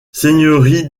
seigneurie